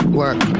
work